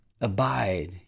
abide